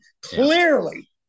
Clearly